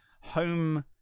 home